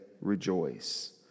rejoice